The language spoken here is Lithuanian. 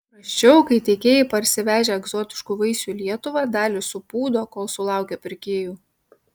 prasčiau kai tiekėjai parsivežę egzotiškų vaisių į lietuvą dalį supūdo kol sulaukia pirkėjų